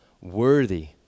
worthy